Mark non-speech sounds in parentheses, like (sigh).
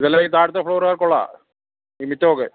ഇതല്ല ഈ താഴെത്തെ ഫ്ലോറ് (unintelligible)